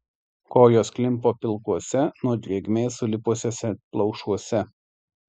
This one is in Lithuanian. kojos klimpo pilkuose nuo drėgmės sulipusiuose plaušuose